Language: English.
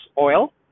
oil